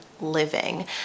living